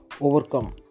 Overcome